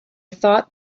thought